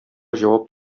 җавап